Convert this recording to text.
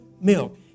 milk